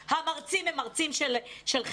המרצים יהיו מרצים של חיפה,